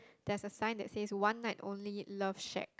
there's a sign that says one night only love shake